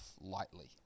lightly